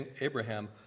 Abraham